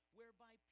whereby